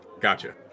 gotcha